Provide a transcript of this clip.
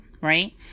right